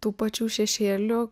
tų pačių šešėlių